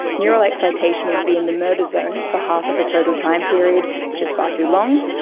neural excitation would be in the murder zone for half of the total time period, which is far too long,